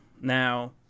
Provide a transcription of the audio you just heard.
Now